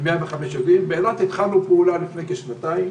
מ-105 יודעים, באילת התחלנו פעולה לפני כשנתיים,